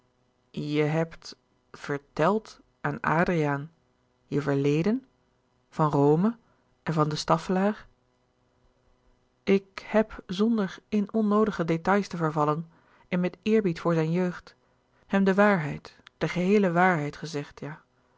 je hebt verteld aan adriaan je verleden van rome en van de staffelaer ik heb zonder in onnoodige détails te vervallen en met eerbied voor zijn jeugd hem de waarheid de geheele waarheid gezegd ja